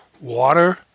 water